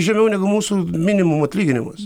žemiau negu mūsų minimumo atlyginimas